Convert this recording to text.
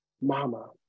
Mama